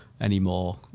anymore